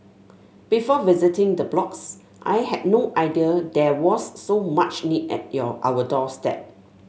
before visiting the blocks I had no idea there was so much need at your our doorstep